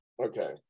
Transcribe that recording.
Okay